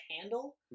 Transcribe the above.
handle